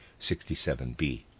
67B